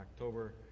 October